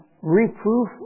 reproof